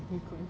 mmhmm